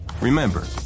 Remember